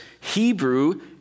Hebrew